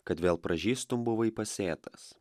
kad vėl pražystum buvai pasėtas